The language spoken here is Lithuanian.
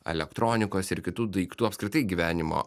elektronikos ir kitų daiktų apskritai gyvenimo